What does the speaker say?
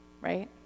right